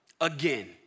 again